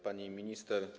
Pani Minister!